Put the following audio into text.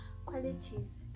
Qualities